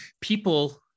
People